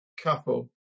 couple